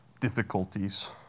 difficulties